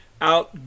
out